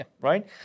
right